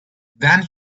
then